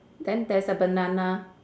then there's a banana